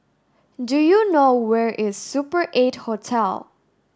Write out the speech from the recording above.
do you know where is Super Eight Hotel